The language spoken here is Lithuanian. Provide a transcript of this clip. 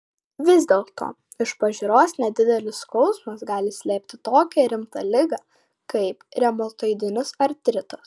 vis dėlto iš pažiūros nedidelis skausmas gali slėpti tokią rimtą ligą kaip reumatoidinis artritas